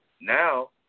now